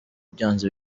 byanze